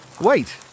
Wait